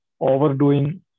overdoing